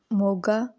Moga